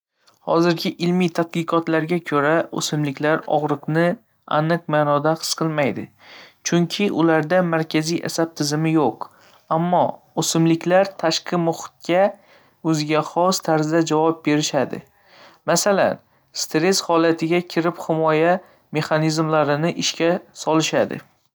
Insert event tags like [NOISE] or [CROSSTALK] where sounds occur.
Hozirgi ilmiy tadqiqotlarga ko‘ra, o‘simliklar og‘riqni aniq ma'noda his qilmaydi, chunki ularda markaziy asab tizimi yo‘q. Ammo o‘simliklar tashqi muhitga o‘ziga xos tarzda javob berishadi, [NOISE] masalan, stress holatiga kirib, himoya mexanizmlarini ishga solishadi.